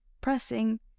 pressing